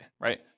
right